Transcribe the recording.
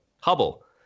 Hubble